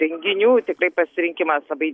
renginių tikrai pasirinkimas labai